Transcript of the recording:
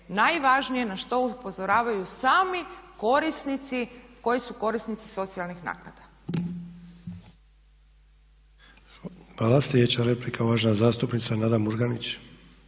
najvažnije na što upozoravaju sami korisnici koji su korisnici socijalnih naknada.